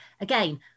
Again